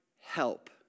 help